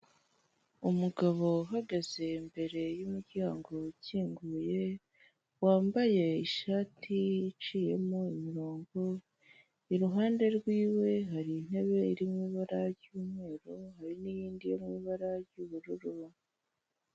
Umugabo uhagaze imbere y'umuryango ukinguye, wambaye ishati iciyemo imirongo, iruhande rwiwe hari intebe irimo ibara ry'mweru, hari n'iyindi yo mu ibara ry'ubururu.